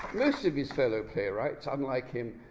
most of his fellow playwrights, unlike him,